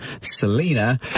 Selena